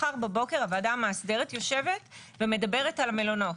מחר בבוקר הוועדה המאסדרת יושבת ומדברת על מלונות.